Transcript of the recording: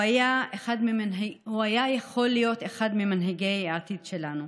הוא היה יכול להיות אחד ממנהיגי העתיד שלנו,